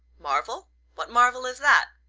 marvell what marvell is that?